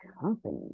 Company